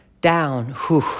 down